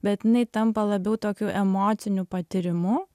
bet jinai tampa labiau tokiu emociniu patyrimu